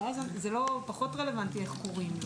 ואז זה פחות רלוונטי איך קוראים לו.